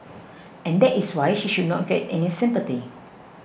and that is why she should not get any sympathy